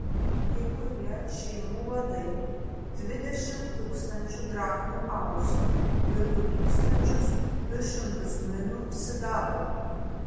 kai kurie šeimų vadai dvidešimt tūkstančių drachmų aukso ir du tūkstančius du šimtus minų sidabro